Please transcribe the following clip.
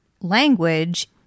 language